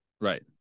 Right